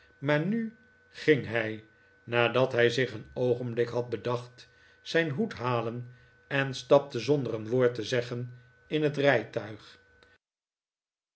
maar nu ging hij nadat hij zich een oogenblik had bedacht zijn hoed halen en stapte zonder een woord te zeggeji in het rijtuig